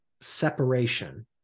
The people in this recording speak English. separation